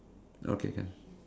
okay can